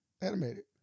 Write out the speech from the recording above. Animated